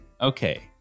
Okay